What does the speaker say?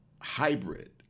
hybrid